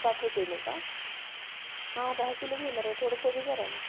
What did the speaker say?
साठ रुपयानं का हां दहा किलो घेणार आहे थोडं कमी करा ना